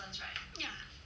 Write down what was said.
ya